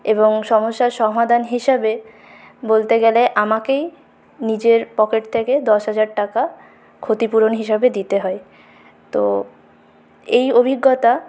এবং সমস্যার সমাধান হিসাবে বলতে গেলে আমাকেই নিজের পকেট থেকে দশ হাজার টাকা ক্ষতিপূরণ হিসাবে দিতে হয় তো এই অভিজ্ঞতা